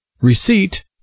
receipt